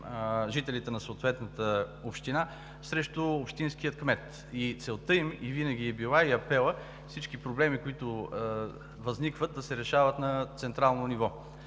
жителите на съответната община срещу общинския кмет. Целта и апелът им винаги са били: всички проблеми, които възникват, да се решават на централно ниво.